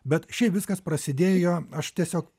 bet šiaip viskas prasidėjo aš tiesiog